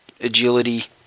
agility